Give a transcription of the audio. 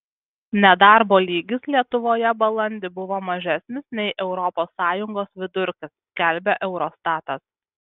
nedarbo lygis lietuvoje balandį buvo mažesnis nei europos sąjungos vidurkis skelbia eurostatas